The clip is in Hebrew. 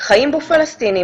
חיים בו פלסטינים,